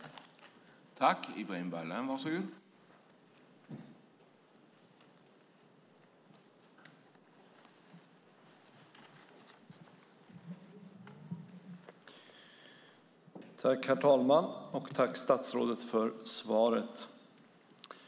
Då Sven-Erik Österberg, som framställt interpellationen, anmält att han var förhindrad att närvara vid sammanträdet medgav andre vice talmannen att Ibrahim Baylan i stället fick delta i överläggningen.